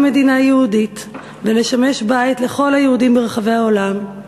מדינה יהודית ולשמש בית לכל היהודים ברחבי העולם,